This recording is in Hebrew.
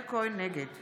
נגד